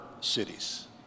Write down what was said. cities